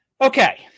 Okay